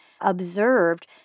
observed